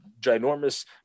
ginormous